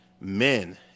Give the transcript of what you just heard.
men